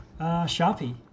Sharpie